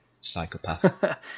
psychopath